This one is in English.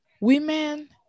women